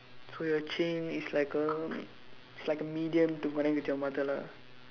so your chain is like a is like a medium to connect with your mother lah